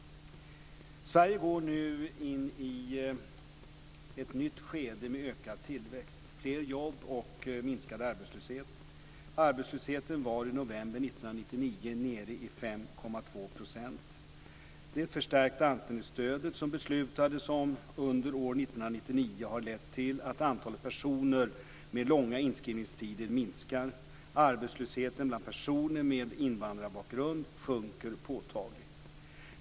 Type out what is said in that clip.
Sverige går nu in i ett nytt skede med ökad tillväxt, fler jobb och minskad arbetslöshet. Arbetslösheten var i november 1999 nere i 5,2 %. Det förstärkta anställningsstödet som beslutades om under 1999 har lett till att antalet personer med långa inskrivningstider minskar. Arbetslösheten bland personer med invandrarbakgrund sjunker påtagligt.